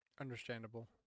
Understandable